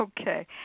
Okay